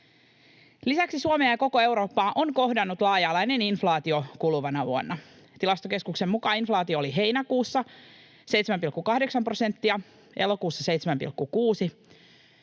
Lisäksi Suomea ja koko Eurooppaa on kohdannut laaja-alainen inflaatio kuluvana vuonna. Tilastokeskuksen mukaan inflaatio oli heinäkuussa 7,8 prosenttia ja elokuussa 7,6, ja